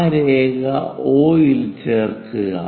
ആ രേഖ O ൽ ചേർക്കുക